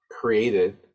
created